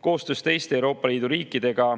Koostöös teiste Euroopa Liidu riikidega